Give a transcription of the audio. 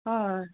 হয়